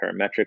parametric